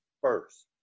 first